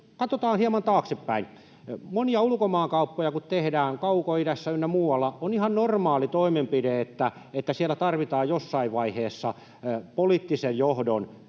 katsotaan hieman taaksepäin: Monia ulkomaankauppoja kun tehdään, Kaukoidässä ynnä muualla, on ihan normaali toimenpide, että siellä tarvitaan jossain vaiheessa poliittisen johdon